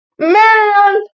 Man